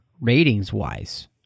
ratings-wise